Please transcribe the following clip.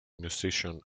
musician